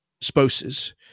spouses